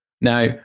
Now